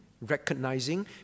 recognizing